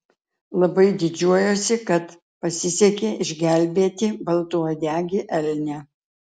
labai didžiuojuosi kad pasisekė išgelbėti baltauodegį elnią